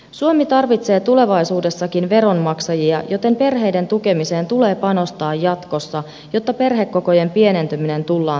suomi tarvitsee tulevaisuudessakin veronmaksajia joten perheiden tukemiseen tulee panostaa jatkossa jotta perhekokojen pienentyminen tullaan taittamaan